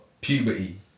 puberty